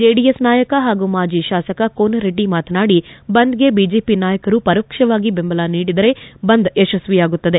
JDS ನಾಯಕ ಪಾಗೂ ಮಾಜಿ ಶಾಸಕ ಕೋನರೆಡ್ಡಿ ಮಾತನಾಡಿ ಬಂದ್ಗೆ ಬಿಜೆಪಿ ನಾಯಕರು ಪರೋಕ್ಷವಾಗಿ ಬೆಂಬಲ ನೀಡಿದರೆ ಬಂದ್ ಯಶಸ್ನಿಯಾಗುತ್ತದೆ